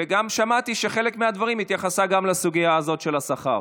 וגם שמעתי שבחלק מהדברים היא התייחסה גם לסוגיה הזאת של השכר.